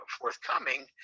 forthcoming